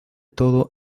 todo